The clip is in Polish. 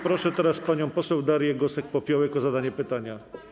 Proszę teraz panią poseł Darię Gosek-Popiołek o zadanie pytania.